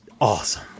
awesome